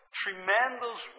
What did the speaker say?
tremendous